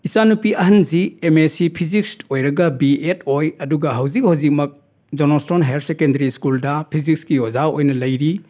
ꯏꯆꯥꯅꯨꯄꯤ ꯑꯍꯟꯁꯤ M Sc physics ꯑꯣꯏꯔꯒ ꯕꯤ ꯑꯦꯗ ꯑꯣꯏ ꯑꯗꯨꯒ ꯍꯧꯖꯤꯛ ꯍꯧꯖꯤꯛꯃꯛ ꯖꯣꯅꯣꯁꯇꯣꯟ ꯍꯥꯏꯌꯔ ꯁꯦꯀꯦꯟꯗꯔꯤ ꯁ꯭ꯀꯨꯜꯗ ꯐꯤꯖꯤꯛꯁꯀꯤ ꯑꯣꯖꯥ ꯑꯣꯏꯅ ꯂꯩꯔꯤ